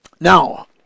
Now